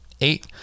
eight